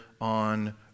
on